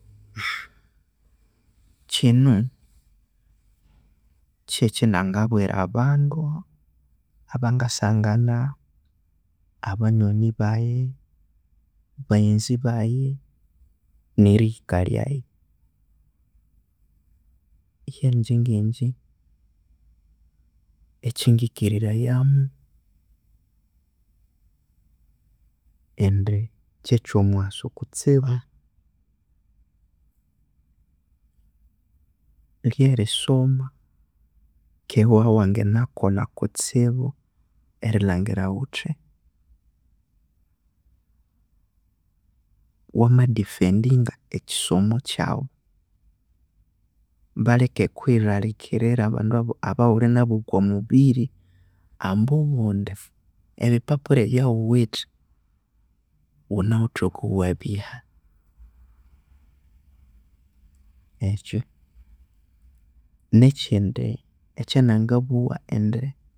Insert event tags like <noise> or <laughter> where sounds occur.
<noise> Kinu kyekinangabwira abandu abangasangana, abanyoni baghee, baghenzi baghee, nerihika lhyaghe iyangye ngi'ngye ekyingikiririrayamu indi kyekyomughasu kutsibu ryerisoma keghe ewabya iwanganakolha kustibu erilhangira ghuthi wama difendinga ekisomo kyaghu balheke erikughilhalhikira abandu abaghulinabu okwa mubiri ambwa obundi ebi papura ebya ghuwithe ghunawithwe okwa wabiha ekyo <hesitation> nekyindi ekyananganabugha indi.